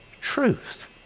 truth